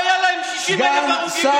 מעולם לא היו להם 60,000 הרוגים ביום כיפור.